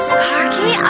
Sparky